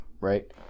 right